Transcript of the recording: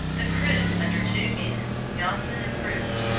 the crew under two men, janssen and proot,